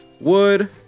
Wood